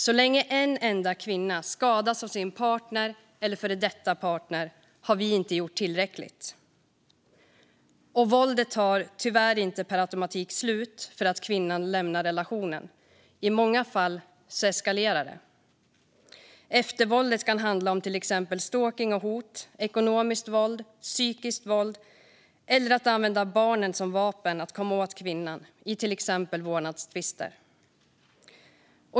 Så länge en enda kvinna skadas av sin partner eller före detta partner har vi inte gjort tillräckligt. Våldet tar tyvärr inte per automatik slut för att kvinnan lämnar relationen. I många fall eskalerar det. Eftervåldet kan handla om till exempel stalkning och hot, ekonomiskt våld, psykiskt våld eller att använda barnen som vapen för att komma åt kvinnan i till exempel vårdnadstvister.